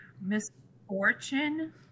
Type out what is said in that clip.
misfortune